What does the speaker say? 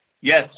yes